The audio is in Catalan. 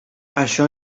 això